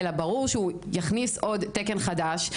אלא ברור שהוא יכניס עוד תקן חדש.